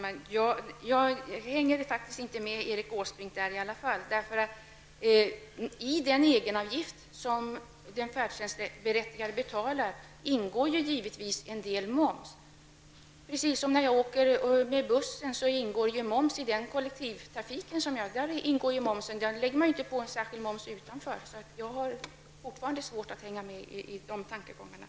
Herr talman! Jag hänger faktiskt inte med Erik Åsbrink. I den egenavgift som den färdtjänstberättigade betalar ingår givetvis en del moms, precis som den ingår när jag åker med bussen. I kollektivtrafikavgiften ingår moms. Där påläggs inte någon särskild moms. Jag har fortfarande svårt att hänga med i Erik Åsbrinks tankegångar.